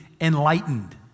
enlightened